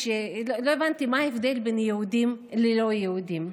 לא הבנתי מה ההבדל בין יהודים ללא יהודים.